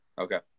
Okay